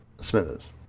Smithers